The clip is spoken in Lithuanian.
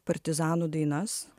partizanų dainas